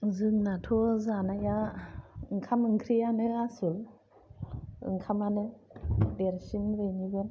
जोंनियाथ' जानाया ओंखाम ओंख्रियानो आस'ल ओंखामानो देरसिन बयनिबो